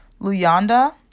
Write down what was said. Luyanda